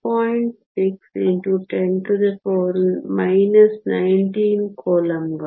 6 x 10 19 ಕೂಲಂಬ್ಗಳು